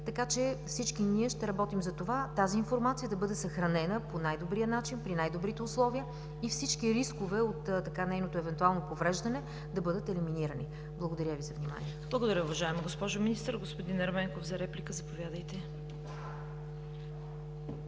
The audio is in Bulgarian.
цели. Всички ние ще работим за това – тази информация да бъде съхранена по най-добрия начин, при най-добрите условия, и всички рискове от нейното евентуално повреждане да бъдат елиминирани. Благодаря Ви за вниманието. ПРЕДСЕДАТЕЛ ЦВЕТА КАРАЯНЧЕВА: Благодаря, уважаема госпожо Министър. Господин Ерменков – за реплика. Заповядайте.